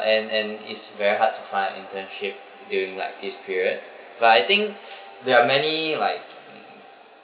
and and it's very hard to find internship during like this period but I think there are many like